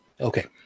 Okay